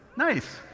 nice!